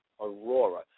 Aurora